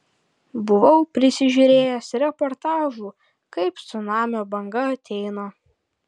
buvau prisižiūrėjęs reportažų kaip cunamio banga ateina